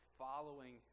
following